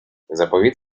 заповіт